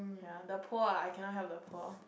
ya the poor ah I cannot help the poor